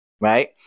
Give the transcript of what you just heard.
right